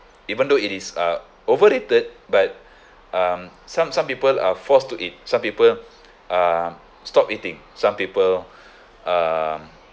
even though it is uh overrated but um some some people are forced to eat some people um stop eating some people um